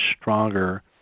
stronger